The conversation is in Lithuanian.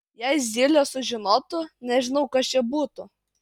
jei zylė sužinotų nežinau kas čia būtų